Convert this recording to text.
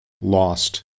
Lost